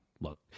look